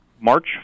March